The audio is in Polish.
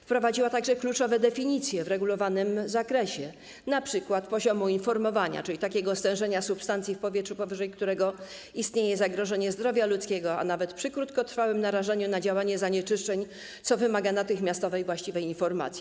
Wprowadziła także kluczowe definicje w regulowanym zakresie, np. poziomu informowania, czyli takiego stężenia substancji w powietrzu, powyżej którego istnieje zagrożenie zdrowia ludzkiego, a nawet przy krótkotrwałym narażeniu na działanie zanieczyszczeń, co wymaga natychmiastowej właściwej informacji.